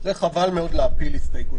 הצבעה לא נתקבלה.